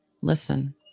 Listen